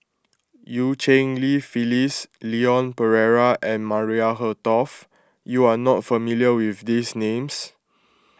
Eu Cheng Li Phyllis Leon Perera and Maria Hertogh you are not familiar with these names